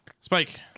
Spike